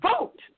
vote